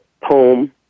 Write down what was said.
poem